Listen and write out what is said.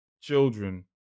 children